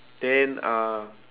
then uh